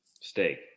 Steak